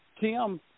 Tim